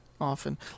often